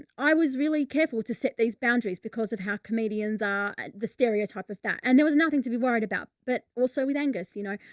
i was really careful to set these boundaries because of how comedians are the stereotype of that, and there was nothing to be worried about, but also with angus, you know,